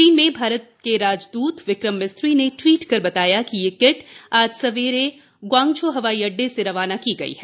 चीन में भारत के राजदूत विक्रम मिस्री ने टवीट कर बताया कि ये किट आज सवेरे ग्वांग्झो हवाई अड्डे से रवाना की गई हैं